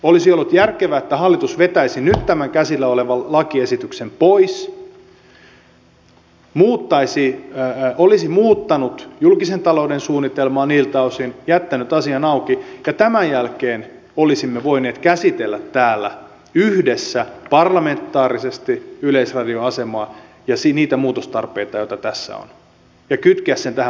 olisi ollut järkevää että hallitus vetäisi nyt tämän käsillä olevan lakiesityksen pois olisi muuttanut julkisen talouden suunnitelmaa niiltä osin jättänyt asian auki ja tämän jälkeen olisimme voineet käsitellä täällä yhdessä parlamentaarisesti yleisradion asemaa ja niitä muutostarpeita joita tässä on ja kytkeä sen tähän parlamentaariseen työhön